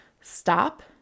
stop